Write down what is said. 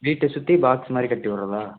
வீட்டை சுற்றி பாக்ஸ் மாதிரி கட்டி விட்றதா